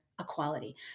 equality